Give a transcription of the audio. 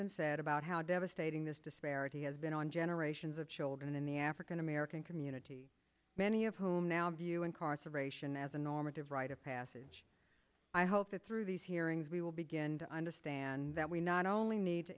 been said about how devastating this disparity has been on generations of children in the african american community many of whom now view incarceration as a normative rite of passage i hope that through these hearings we will begin to understand that we not only need to